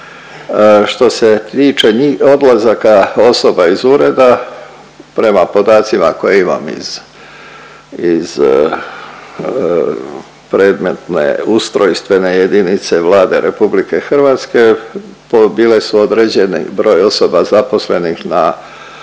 što se tiče njih, odlazaka osoba iz ureda, prema podacima koje imamo iz, iz predmetne Ustrojstvene jedinice Vlade RH bile su određene i broj osoba zaposlenih na,